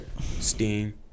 Steam